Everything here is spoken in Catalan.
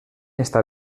està